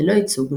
ללא ייצוג,